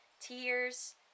tears